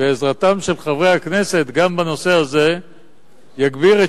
ועזרתם של חברי הכנסת גם בנושא הזה תגביר את